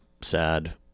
sad